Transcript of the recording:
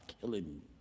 killing